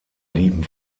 lieben